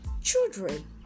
children